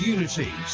Unity